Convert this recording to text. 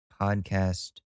podcast